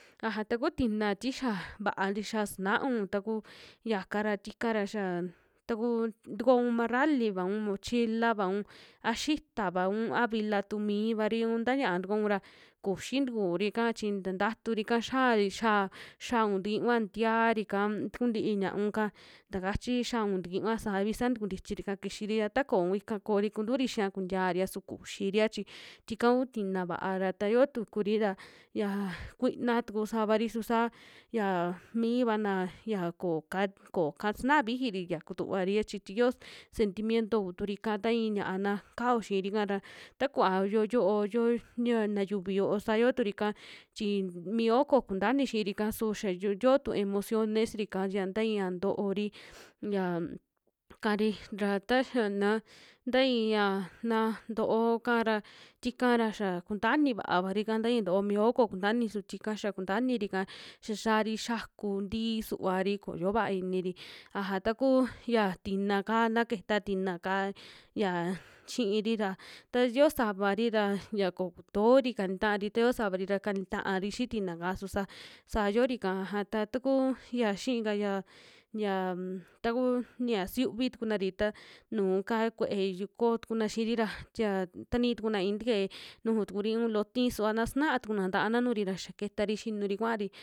Aja taku tina tixa vaa ntixa sunaun ta ku yaka ra tika ra ya xaa taku tukoun marralivaun, mochila'vaun a xitavaun a vila tu mivari un ta ña'a tukoun ra kuxi tikuri'ka chi nta ntaturika xiai xaa xaun tikiunva ntiaari'ka kuu ntii ñaunka, ta kachi xiaun tikun saavi sa tukuntichi rika kixiri ra ta kooun ika koori, kunturi xia kuntiaria su kuxiria chi tika ku tina va'a, ra ta yoo tukuri ra yaa kuina tuku savari su saa xia mivana ya koka, koka sunaa vijiri ya kutuvari chi tiyo sentimiento kuturi ika taii ña'a na kao xiirika ra takuva yo yo'o, yo ña na yuviyo saa yoturi'ka chi mio kokunta ini xiiri'ka su xa yio- yoo tu emociones rika chi taia ntoori yaa kari ra taxia na taia na nto'o kaara tika'ra xa kuntaa ini vaavari'ka taya ntoo miyo koo kunta ini su tika xa kuntaa iniri'ka, xia xiari xaku ntii suvaari koo xio va'a iniri, aja taku ya tinaka na keta tinaka ya xiiri ra taa yo'o savari ra ya kokutoori kani taari, ta yoo savari ra kani taari xii tina'ka su saa yorika aja ta taku ya xii kaya yam taku ya siyuvi tukunari ta nuu ka kuee yukoo tukuna xiiri ra tia tanii tukuna iiji teke nuju tukuri un loo tii suva na sanaa tukuna ta'ana nujuri ra xa ketari xinuri kuaari.